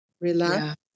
relax